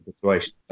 situation